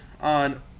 on